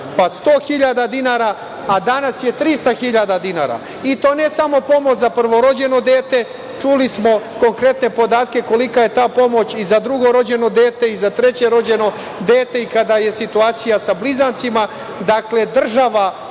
pa 100.000 dinara a danas je 300.000 dinara, i to ne samo pomoć za prvorođeno dete. Čuli smo konkretne podatke kolika je ta pomoć i za drugorođeno dete i za trećerođeno dete i kada je situacija sa blizancima. Dakle, država